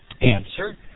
answer